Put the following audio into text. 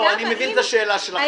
אני מבין את השאלה שלך, יעל.